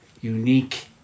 unique